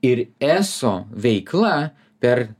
ir eso veikla per